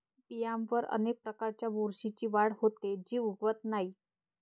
बियांवर अनेक प्रकारच्या बुरशीची वाढ होते, जी उगवत नाही